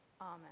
Amen